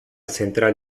central